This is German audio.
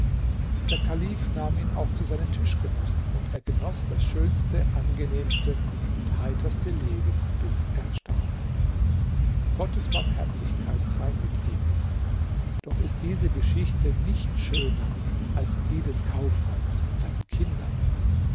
der kalif nahm ihn auch zu seinen tischgenossen und er genoß das schönste angenehmste und heiterste leben bis er starb gottes barmherzigkeit sei mit ihm doch ist diese geschichte nicht schöner als die des kaufmanns mit seinen kindern